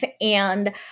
and-